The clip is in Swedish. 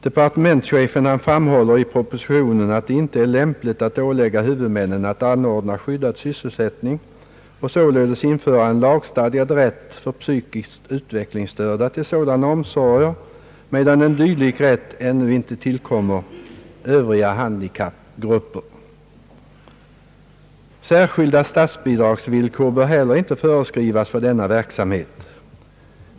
»Departementschefen framhåller i propositionen att det inte är lämpligt att ålägga huvudmännen att anordna skyddad sysselsättning och således införa en lagstadgad rätt för psykiskt utvecklingsstörda till sådana omsorger, medan en dylik rätt ännu inte tillkommer Övriga handikappgrupper. Särskilda statsbidragsvillkor bör inte heller föreskrivas för denna verksamhet.